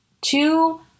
two